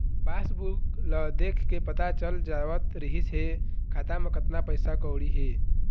passbook ल देखके पता चल जावत रिहिस हे खाता म कतना पइसा कउड़ी हे